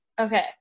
okay